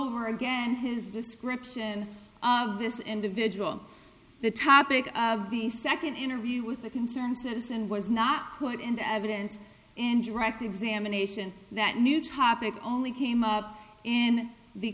over again his description of this individual the topic of the second interview with a concerned citizen was not put into evidence in draft examination that new topic only came up in the